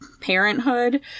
parenthood